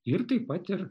ir taip pat ir